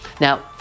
Now